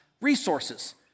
resources